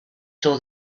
saw